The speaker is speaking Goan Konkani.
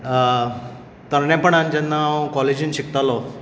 तरणेपणान जेन्ना हांव कॉलेजींत शिकतालों